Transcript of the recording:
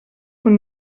von